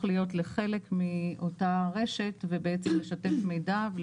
להיות לחלק מאותה רשת בעצם לשתף מידע.